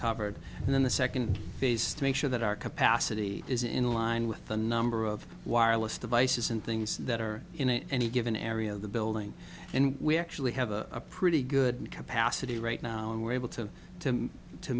covered and then the second phase to make sure that our capacity is in line with the number of wireless devices and things that are in any given area of the building and we actually have a pretty good capacity right now and we're able to to